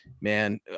man